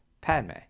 Padme